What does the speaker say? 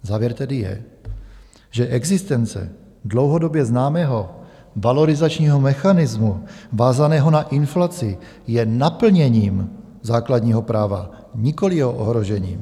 Závěr tedy je, že existence dlouhodobě známého valorizačního mechanismu vázaného na inflaci je naplněním základního práva, nikoliv jeho ohrožením.